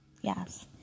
Yes